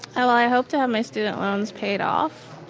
i hope to have my student loans paid off.